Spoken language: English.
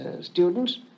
students